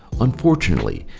unfortunately,